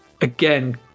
again